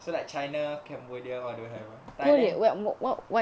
so like china cambodia what do I have ah thailand